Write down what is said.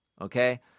Okay